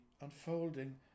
unfolding